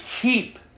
keep